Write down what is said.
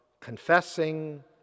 Confessing